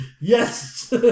Yes